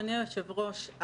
אדוני היושב-ראש,